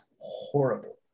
horrible